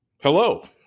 Hello